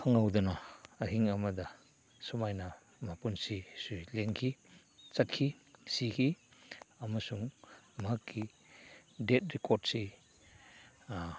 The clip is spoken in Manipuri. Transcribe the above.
ꯈꯪꯍꯧꯗꯅ ꯑꯍꯤꯡ ꯑꯃꯗ ꯁꯨꯃꯥꯏꯅ ꯃꯄꯨꯟꯁꯤꯁꯦ ꯂꯦꯟꯈꯤ ꯆꯠꯈꯤ ꯁꯤꯈꯤ ꯑꯃꯁꯨꯡ ꯃꯍꯥꯛꯀꯤ ꯗꯦꯗ ꯔꯦꯀꯣꯔꯠꯁꯤ